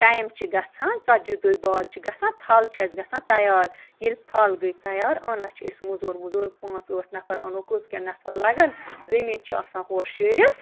time چھِ گژھان ژَتجی دۄہہِ بعد چھِ گژھان تھل چھِ اَسہِ گژھان تیار ییٚلہِ تھل گٔے تیار اَنان چھِ أسۍ مٔزوٗر ؤزور پانٛژھ ٲٹھ نَفَر اَنو کٔژ کیٛاہ نَفر لَگَن زٔمیٖن چھِ آسان ہورٕ شیٖرِتھ